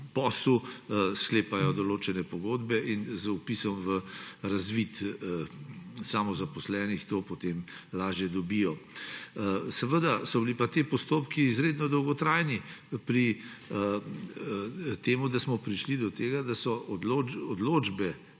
posel, sklepajo določene pogodbe in z vpisom v razvid samozaposlenih to potem lažje dobijo. Seveda so bili pa ti postopki izredno dolgotrajni, da smo prišli do tega, da so odločbe